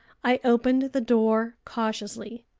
i opened the door cautiously,